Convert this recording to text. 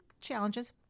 challenges